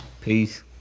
Peace